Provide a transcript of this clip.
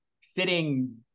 sitting